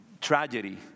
tragedy